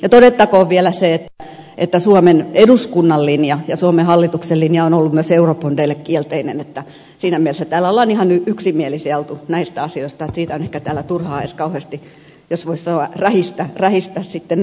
ja todettakoon vielä se että suomen eduskunnan linja ja suomen hallituksen linja on ollut myös eurobondeille kielteinen että siinä mielessä täällä on ihan yksimielisiä oltu näistä asioista että siitä on täällä ehkä turhaa edes kauheasti jos voisi sanoa rähistä sitten näistä asioista kaikkinensa